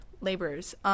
laborers